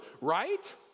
right